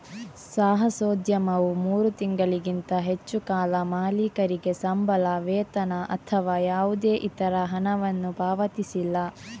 ಸಾಹಸೋದ್ಯಮವು ಮೂರು ತಿಂಗಳಿಗಿಂತ ಹೆಚ್ಚು ಕಾಲ ಮಾಲೀಕರಿಗೆ ಸಂಬಳ, ವೇತನ ಅಥವಾ ಯಾವುದೇ ಇತರ ಹಣವನ್ನು ಪಾವತಿಸಿಲ್ಲ